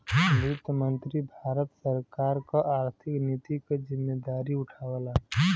वित्त मंत्री भारत सरकार क आर्थिक नीति क जिम्मेदारी उठावला